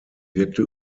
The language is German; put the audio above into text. wirkte